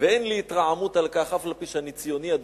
ואין לי התרעמות על כך, אף-על-פי שאני ציוני אדוק,